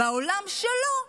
בעולם שלו,